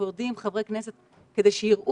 אני מסכימה עם חברת הכנסת תמר זנדברג,